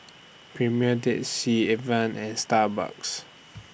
Premier Dead Sea Evian and Starbucks